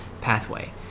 pathway